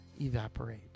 evaporate